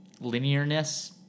linearness